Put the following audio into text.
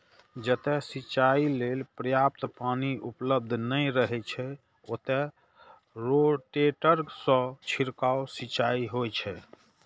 जतय सिंचाइ लेल पर्याप्त पानि उपलब्ध नै रहै छै, ओतय रोटेटर सं छिड़काव सिंचाइ होइ छै